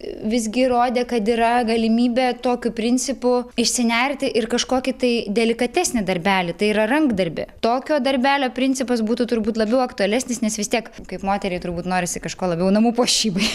visgi įrodė kad yra galimybė tokiu principu išsinerti ir kažkokį tai delikatesinį darbelį tai yra rankdarbį tokio darbelio principas būtų turbūt labiau aktualesnis nes vis tiek kaip moteriai turbūt norisi kažko labiau namų puošybai